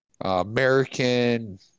American